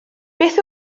beth